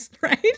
right